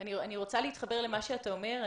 אני רוצה להתחבר למה שאתה אומר.